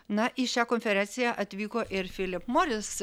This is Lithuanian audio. na į šią konferenciją atvyko ir filip moris